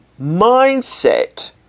mindset